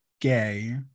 gay